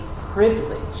privilege